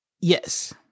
Yes